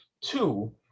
two